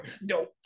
No